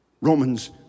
Romans